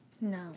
No